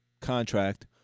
contract